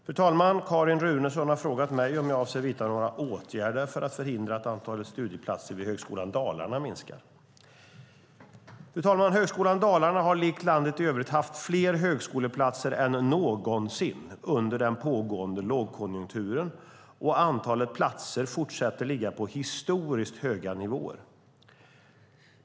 Fru talman! Carin Runeson har frågat mig om jag avser att vidta några åtgärder för att förhindra att antalet studieplatser vid Högskolan Dalarna minskar. Fru talman! Högskolan Dalarna har likt landet i övrigt haft fler högskoleplatser än någonsin under den pågående lågkonjunkturen, och antalet platser fortsätter ligga på historiskt höga nivåer.